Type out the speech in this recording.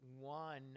one